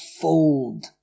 fold